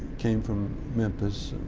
came from memphis,